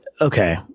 Okay